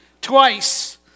twice